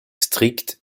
stricte